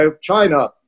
China